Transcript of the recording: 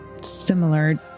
similar